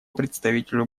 представителю